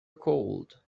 cold